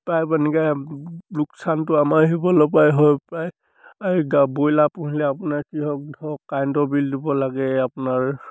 প্ৰায় মানে এনেকৈ লোকচানটো আমাৰ সেইফালৰপৰাই হয় প্ৰায় ব্ৰইলাৰ পুহিলে আপোনাৰ কি হয় ধৰক কাৰেণ্টৰ বিল দিব লাগে আপোনাৰ